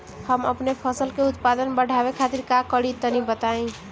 हम अपने फसल के उत्पादन बड़ावे खातिर का करी टनी बताई?